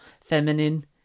feminine